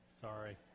Sorry